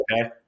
okay